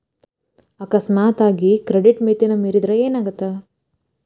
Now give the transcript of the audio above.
ಅಕಸ್ಮಾತಾಗಿ ಕ್ರೆಡಿಟ್ ಮಿತಿನ ಮೇರಿದ್ರ ಏನಾಗತ್ತ